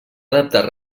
adaptar